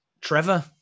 Trevor